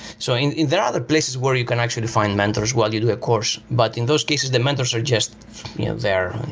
so and there are other places where you can actually find mentors while you do a course, but in those cases the mentors are just there.